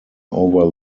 over